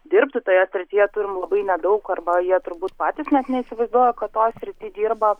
dirbtų toje srityje turim labai nedaug arba jie turbūt patys net neįsivaizduoja kad toj srity dirba